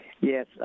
Yes